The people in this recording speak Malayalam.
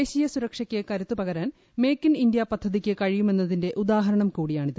ദേശീയ സുരക്ഷയ്ക്ക് കരുത്ത് പകരാൻ മേക്ക് ഇന്ത്യ പദ്ധതിക്ക് കഴിയുമെന്നതിന്റെ ഉദാഹരണം കൂടിയാണിത്